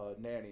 nanny